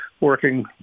working